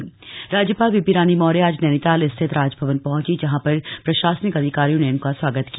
राज्यपाल नैनीताल राज्य ाल बेबी रानी मौर्य ज नैनीताल स्थितर राजभवन हूंचीं जहां र प्रशासनिक अधिकारियों ने उनका स्वागत किया